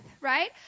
right